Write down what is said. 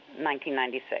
1996